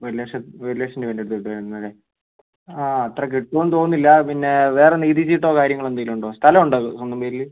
ഒരു ലക്ഷം ഒരു ലക്ഷം രൂപേടെ അടുത്ത് കിട്ടുവായിരുന്നല്ലെ ആ അത്ര കിട്ടുവോന്ന് തോന്നുന്നില്ല പിന്നേ വേറെ നികുതി ചീട്ടോ കാര്യങ്ങളോ എന്തേലുമുണ്ടോ സ്ഥലമുണ്ടോ സ്വന്തം പേരിൽ